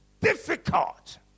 difficult